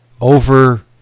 over